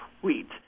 wheat